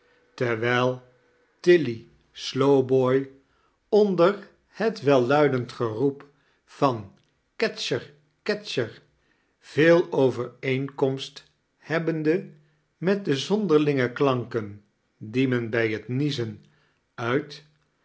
terwijl tilly slowboy onder bet welluidend geroep van ketschier ketscher veel overeenkomst hebbende met de zonderlinge klanken die men bij het niezen uit